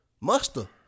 Muster